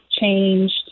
changed